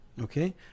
Okay